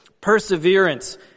perseverance